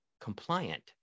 compliant